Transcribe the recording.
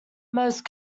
most